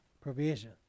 provision